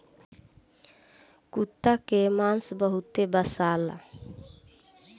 कुता के मांस बहुते बासाला